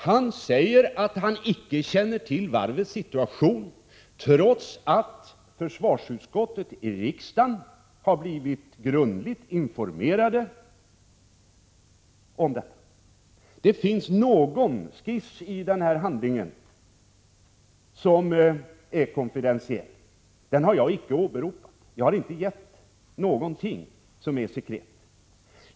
Han säger att han icke känner till varvets situation, trots att försvarsutskottet i riksdagen har blivit grundligt informerat i saken. Det finns någon skiss i handlingarna som är konfidentiell. Den har jag icke åberopat. Jag har inte yttrat mig om någonting som är sekret.